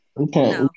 Okay